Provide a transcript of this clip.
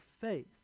faith